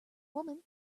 woman